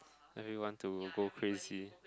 let me want to go crazy